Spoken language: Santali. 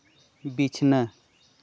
ᱵᱤᱪᱷᱱᱟᱹ